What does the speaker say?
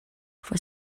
for